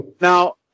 Now